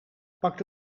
pak